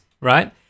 Right